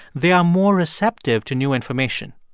they are more receptive to new information.